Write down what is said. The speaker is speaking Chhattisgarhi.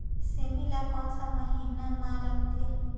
सेमी ला कोन सा महीन मां लगथे?